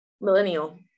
Millennial